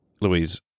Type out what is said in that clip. Louise